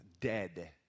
dead